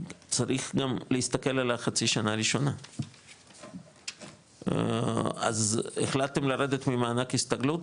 צריך גם להסתכל על החצי שנה הראשונה אז החלטת לרדת ממענק הסתגלות?